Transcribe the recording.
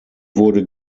wurde